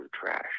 trash